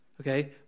okay